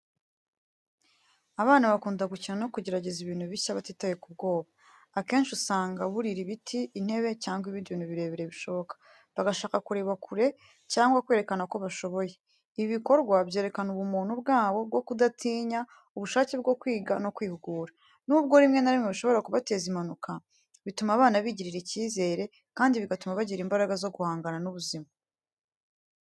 Abana bakunda gukina no kugerageza ibintu bishya batitaye ku bwoba. Akenshi usanga burira ibiti, intebe cyangwa ibindi bintu birebire bishoboka, bagashaka kureba kure cyangwa kwerekana ko bashoboye. Ibi bikorwa byerekana ubumuntu bwabo bwo kudatinya, ubushake bwo kwiga no kwihugura. Nubwo rimwe na rimwe bishobora kubateza impanuka, bituma abana bigirira icyizere kandi bigatuma bagira imbaraga zo guhangana n’ubuzima.